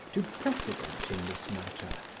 to precedent in this matter,